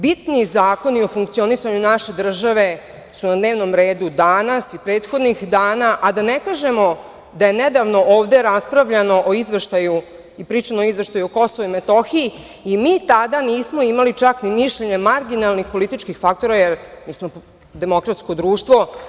Bitni zakoni o funkcionisanju naše države su na dnevnom redu danas i prethodnih dana, a da ne kažemo da je nedavno ovde raspravljano o izveštaju o KiM i mi tada nismo imali čak ni mišljenje marginalnih političkih faktora, jer mi smo demokratsko društvo.